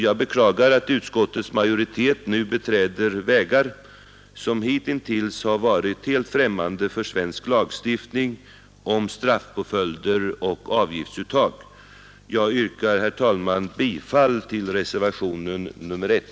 Jag beklagar att utskottets majoritet nu beträder vägar som hitintills har varit helt främmande för svensk lagstiftning om straffpåföljder och avgiftsuttag. Jag yrkar, herr talman, bifall till reservationen 1.